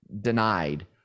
denied